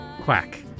quack